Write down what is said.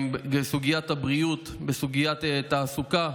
בסוגיית הבריאות, בסוגיית התעסוקה,